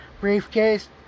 briefcase